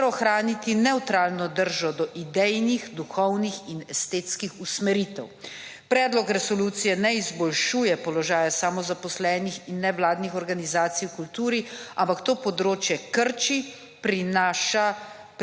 ter ohraniti nevtralno držo do idejnih, duhovnih in estetskih usmeritev. Predlog resolucije ne izboljšuje položaja samozaposlenih in nevladnih organizacij v kulturi, ampak to področje krči, prinaša